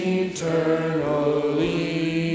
eternally